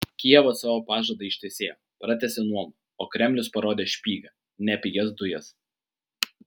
kijevas savo pažadą ištesėjo pratęsė nuomą o kremlius parodė špygą ne pigias dujas